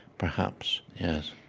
perhaps, yes